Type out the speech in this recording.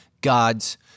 God's